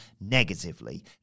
negatively